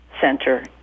center